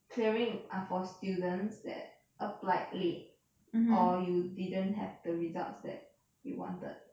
clearing are for students that applied late or you didn't have the results that you wanted